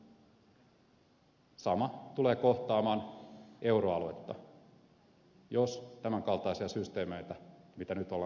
sama tulee kohtaamaan euroaluetta jos luodaan tämän kaltaisia systeemeitä mitä nyt ollaan tekemässä